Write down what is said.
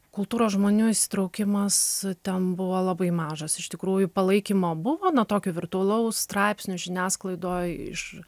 kultūros žmonių įsitraukimas ten buvo labai mažas iš tikrųjų palaikymo buvo tokio virtualaus straipsnių žiniasklaidoj iš